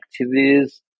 activities